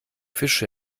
fisch